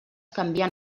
canvien